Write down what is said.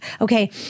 okay